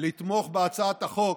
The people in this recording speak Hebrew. לתמוך בהצעת החוק,